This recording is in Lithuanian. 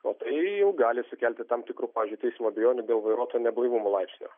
o tai jau gali sukelti tam tikrų pavyzdžiui teismo abejonių dėl vairuotojo neblaivumo laipsnio